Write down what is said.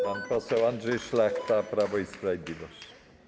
Pan poseł Andrzej Szlachta, Prawo i Sprawiedliwość.